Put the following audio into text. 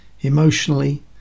emotionally